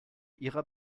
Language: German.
ihrer